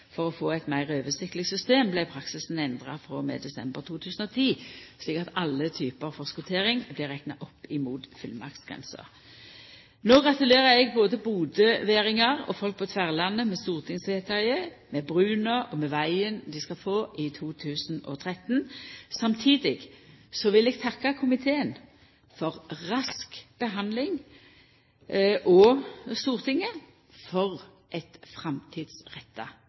For å få eit meir oversiktleg system vart praksisen endra frå og med desember 2010, slik at alle typar forskottering blir rekna opp mot fullmaktsgrensa. No gratulerer eg både bodøveringar og folk på Tverlandet med stortingsvedtaket og med brua og vegen dei skal få i 2013. Samtidig vil eg takka komiteen for rask behandling og Stortinget for eit framtidsretta